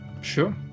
Sure